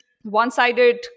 one-sided